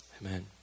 Amen